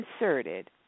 inserted